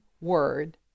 word